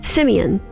Simeon